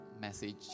message